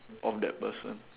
of that person